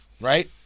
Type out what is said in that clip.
right